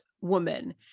woman